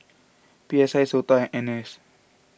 P S I Sota and N S